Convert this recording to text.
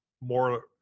more